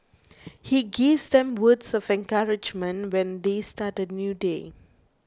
he gives them words of encouragement when they start a new day